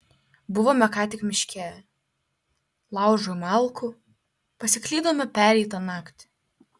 buvome ką tik miške laužui malkų pasiklydome pereitą naktį